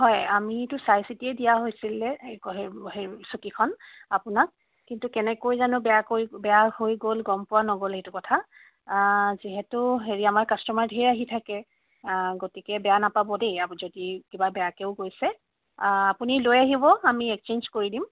হয় আমিতো চাইচিতিয়ে দিয়া হৈছিলে সেই সেই সেই চকীখন আপোনাক কিন্তু কেনেকৈ জানো বেয়াকৈ বেয়া হৈ গ'ল গম পোৱা নগ'ল সেইটো কথা যিহেতু হেৰি আমাৰ কাষ্টমাৰ ঢেৰ আহি থাকে গতিকে বেয়া নাপাব দেই যদি কিবা বেয়াকৈও কৈছে আপুনি লৈ আহিব আমি একচেঞ্জ কৰি দিম